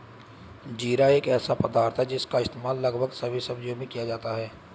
जीरा एक ऐसा पदार्थ है जिसका इस्तेमाल लगभग सभी सब्जियों में किया जाता है